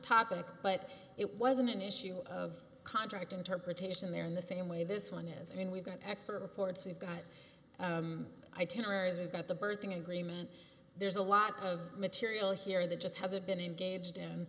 topic but it wasn't an issue of contract interpretation there in the same way this one is and we've got expert reports we've got itineraries we've got the birthing agreement there's a lot of material here that just hasn't been engaged